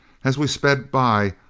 as we sped by,